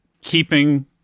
keeping